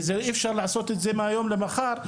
אי אפשר לעשות את זה מהיום למחר,